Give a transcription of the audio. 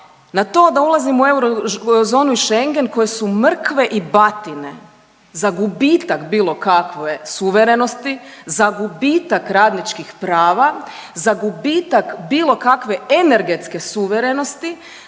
na to da ulazimo u eurozonu i Schengen koje su mrkve i batine za gubitak bilo kakve suverenosti, za gubitak radničkih prava, za gubitak bilo kakve energetske suverenosti,